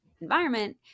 environment